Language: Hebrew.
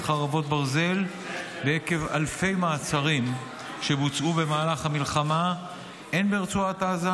חרבות ברזל ועקב אלפי מעצרים שבוצעו במהלך המלחמה הן ברצועת עזה